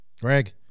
greg